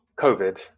COVID